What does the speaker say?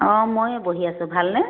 অঁ মই বহি আছোঁ ভালনে